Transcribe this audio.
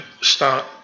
start